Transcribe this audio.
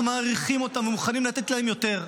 שאנחנו מעריכים אותם ומוכנים לתת להם יותר.